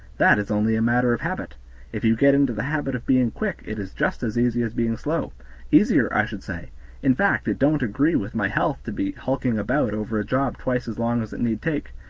that is only a matter of habit if you get into the habit of being quick it is just as easy as being slow easier, i should say in fact it don't agree with my health to be hulking about over a job twice as long as it need take.